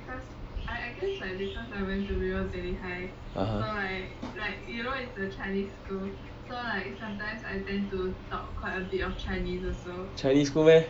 (uh huh) chinese school meh